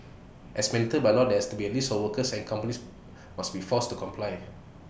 as mandated by law there has to be A list of workers and companies must be forced to comply